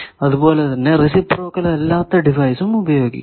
അതുപോലെ തന്നെ റെസിപ്രോക്കൽ അല്ലാത്ത ഡിവൈസും ഉപയോഗിക്കാം